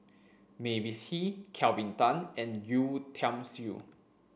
Mavis Hee Kelvin Tan and Yeo Tiam Siew